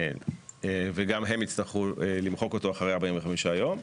וגם הם יצטרכו למחוק אותו אחרי 45 יום,